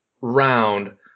round